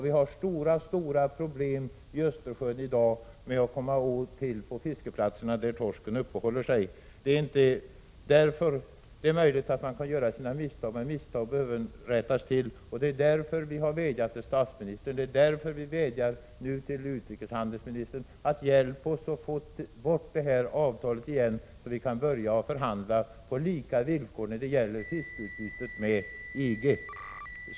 Vi har i dag stora problem i Östersjön med att komma till de fiskeplatser där torsken uppehåller sig. Visst kan man kan göra misstag, men misstag bör väl rättas till. Det är därför vi har vädjat till statsministern och nu vädjar till utrikeshandelsministern att hjälpa oss att få bort detta avtal så att vi kan börja förhandla på lika villkor när det gäller fiskeutbytet med EG.